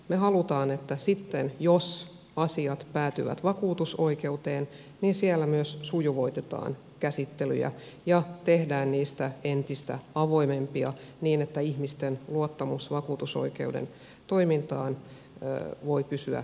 me haluamme että sitten jos asiat päätyvät vakuutusoikeuteen niin siellä myös sujuvoitetaan käsittelyjä ja tehdään niistä entistä avoimempia niin että ihmisten luottamus vakuutusoikeuden toimintaan voi pysyä korkealla